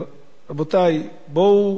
אבל, רבותי, בואו